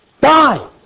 die